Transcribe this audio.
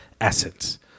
essence